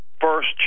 first